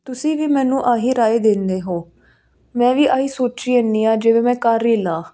ਤੁਸੀਂ ਵੀ ਮੈਨੂੰ ਇਹ ਹੀ ਰਾਏ ਦਿੰਦੇ ਹੋ ਮੈਂ ਵੀ ਇਹ ਹੀ ਸੋਚੀ ਜਾਂਦੀ ਹਾਂ ਜਿਵੇਂ ਮੈਂ ਕਰ ਹੀ ਲਾਂ